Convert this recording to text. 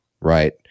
right